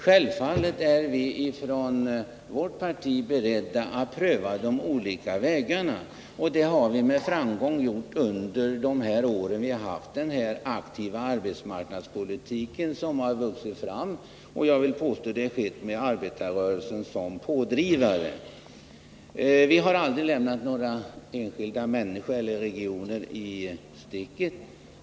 Självfallet är vi från vårt parti beredda att pröva olika vägar — det har vi med framgång gjort under de år vi haft en aktiv arbetsmarknadspolitik som vuxit fram med — det vill jag påstå — arbetarrörelsen som pådrivare. Vi har aldrig lämnat några enskilda människor eller regioner i sticket.